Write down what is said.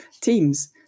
teams